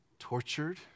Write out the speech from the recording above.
tortured